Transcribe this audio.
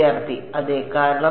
വിദ്യാർത്ഥി അതെ കാരണം